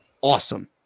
awesome